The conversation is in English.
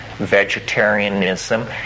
vegetarianism